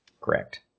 Correct